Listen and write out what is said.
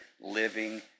living